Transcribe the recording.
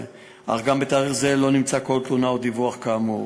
אך גם בתאריך זה לא נמצאו כל תלונה או דיווח כאמור.